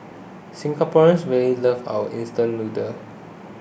Singaporeans really love our instant noodles